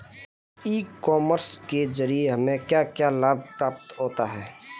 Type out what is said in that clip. ई commerce के ज़रिए हमें क्या क्या लाभ प्राप्त होता है?